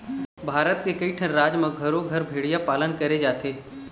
भारत के कइठन राज म घरो घर भेड़िया पालन करे जाथे